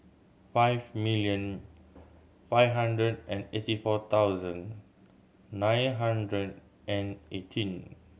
five million five hundred and eighty four thousand nine hundred and eighteen